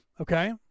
Okay